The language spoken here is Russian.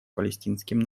палестинским